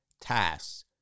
tasks